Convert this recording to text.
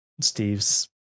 steve's